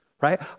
Right